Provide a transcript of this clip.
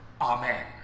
Amen